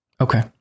Okay